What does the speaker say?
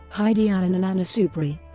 heidi allen and anna soubry,